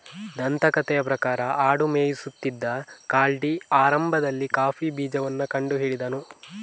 ದಂತಕಥೆಯ ಪ್ರಕಾರ ಆಡು ಮೇಯಿಸುತ್ತಿದ್ದ ಕಾಲ್ಡಿ ಆರಂಭದಲ್ಲಿ ಕಾಫಿ ಬೀಜವನ್ನ ಕಂಡು ಹಿಡಿದನು